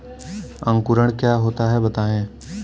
अंकुरण क्या होता है बताएँ?